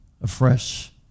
afresh